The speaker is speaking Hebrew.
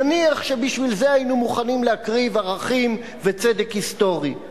נניח שבשביל זה היינו מוכנים להקריב ערכים וצדק היסטורי.